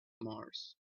mars